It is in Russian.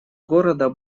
города